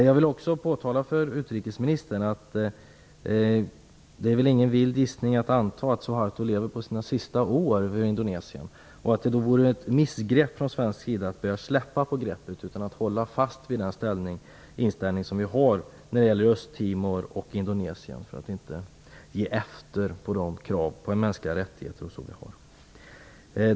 Jag vill påpeka för utrikesministern att det inte är en vild gissning att anta att Suharto nu lever sina sista år i Indonesien. Det vore då ett misstag om vi från svensk sida började släppa greppet. Vi skall hålla fast vid den inställning som vi har när det gäller Östtimor och Indonesien, och inte ge efter på de krav på mänskliga rättigheter som vi har.